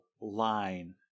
line